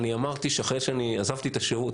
אני אמרתי שאחרי שעזבתי את השירות,